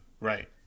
Right